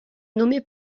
nommée